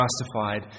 justified